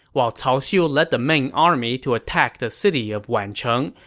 while cao xiu led the main army to attack the city of wancheng,